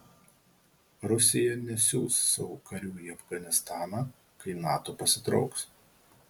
rusija nesiųs savo karių į afganistaną kai nato pasitrauks